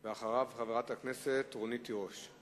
אחריו, חברת הכנסת רונית תירוש.